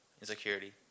insecurity